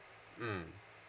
mm